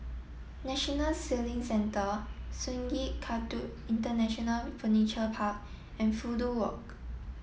National Sailing Centre Sungei Kadut International Furniture Park and Fudu Walk